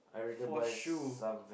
for shoe